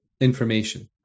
information